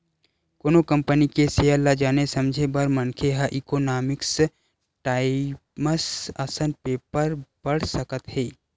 कोनो कंपनी के सेयर ल जाने समझे बर मनखे ह इकोनॉमिकस टाइमस असन पेपर पड़ सकत हे